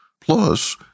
Plus